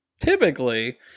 typically